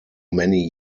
many